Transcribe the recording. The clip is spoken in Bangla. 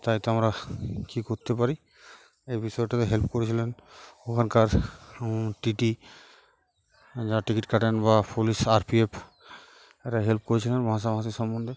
তাই তো আমরা কী করতে পারি এই বিষয়টাতে হেল্প করেছিলেন ওখানকার টিটি যারা টিকিট কাটেন বা পুলিশ আর পি এফ এরা হেল্প করেছিলেন ভাষাভাষি সম্বন্ধে